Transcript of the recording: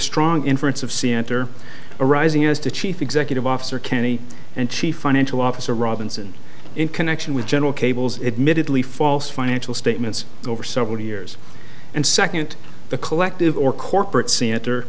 strong inference of santer arising as to chief executive officer kenny and chief financial officer robinson in connection with general cables admittedly false financial statements over several years and second the collective or corporate